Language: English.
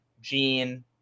gene